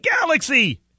Galaxy